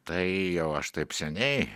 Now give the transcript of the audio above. tai jau aš taip seniai